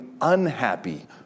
unhappy